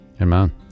amen